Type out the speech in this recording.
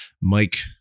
Mike